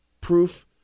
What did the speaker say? proof